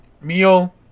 meal